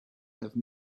have